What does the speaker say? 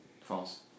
False